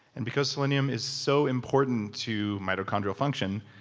and because selenium is so important to mitochondrial function,